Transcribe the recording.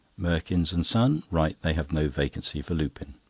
merkins and son write they have no vacancy for lupin.